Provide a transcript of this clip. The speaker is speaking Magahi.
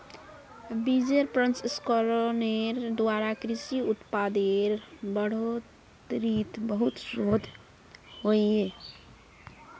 बिजेर प्रसंस्करनेर द्वारा कृषि उत्पादेर बढ़ोतरीत बहुत शोध होइए